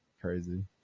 crazy